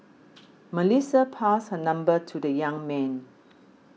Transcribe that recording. Melissa passed her number to the young man